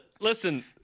Listen